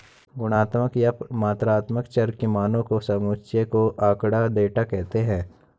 गुणात्मक या मात्रात्मक चर के मानों के समुच्चय को आँकड़ा, डेटा कहते हैं